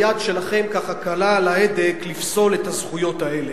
היד שלכם ככה קלה על ההדק לפסול את הזכויות האלה.